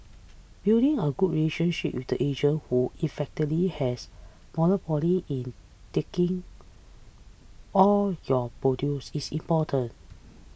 building a good relationship with the agent who effectively has monopoly in taking all your produce is important